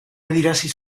adierazi